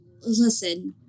Listen